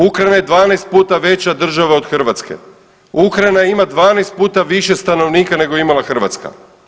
Ukrajina je 12 puta veća država od Hrvatske, Ukrajina ima 12 puta više stanovnika nego je imala Hrvatska.